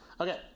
Okay